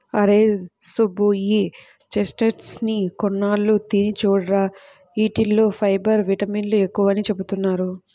అరేయ్ సుబ్బు, ఈ చెస్ట్నట్స్ ని కొన్నాళ్ళు తిని చూడురా, యీటిల్లో ఫైబర్, విటమిన్లు ఎక్కువని చెబుతున్నారు